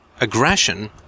aggression